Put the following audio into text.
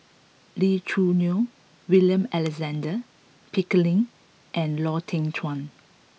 Lee Choo Neo William Alexander Pickering and Lau Teng Chuan